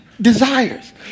desires